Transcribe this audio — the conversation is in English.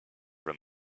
from